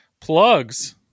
Plugs